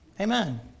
Amen